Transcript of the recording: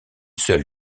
seule